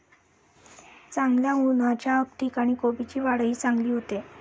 चांगल्या उन्हाच्या ठिकाणी कोबीची वाढही चांगली होते